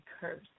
curse